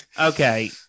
Okay